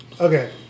Okay